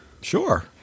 sure